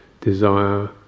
desire